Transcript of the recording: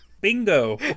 bingo